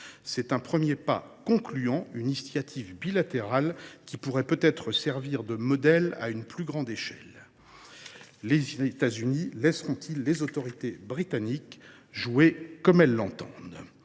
C’est un premier pas concluant, une initiative bilatérale qui pourrait servir de modèle à une plus grande échelle. Les États Unis laisseront ils les autorités britanniques jouer un rôle comme elles l’entendent ?